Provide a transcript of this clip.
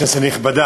כנסת נכבדה,